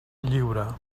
lliure